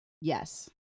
Yes